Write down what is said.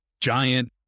giant